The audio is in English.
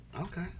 Okay